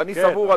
ואני סבור,